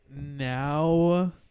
now